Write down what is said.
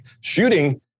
Shooting